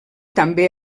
també